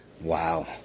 Wow